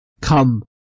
Come